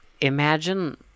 Imagine